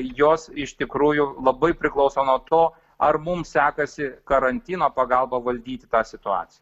jos iš tikrųjų labai priklauso nuo to ar mums sekasi karantino pagalba valdyt tą situaciją